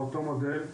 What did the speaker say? באותו מודל,